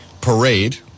parade